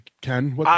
Ken